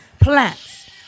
plants